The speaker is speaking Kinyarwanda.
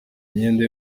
imyenda